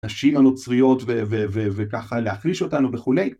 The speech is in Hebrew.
נשים הנוצריות וככה להחליש אותנו וכו׳